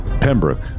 pembroke